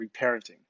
Reparenting